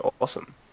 Awesome